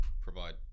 provide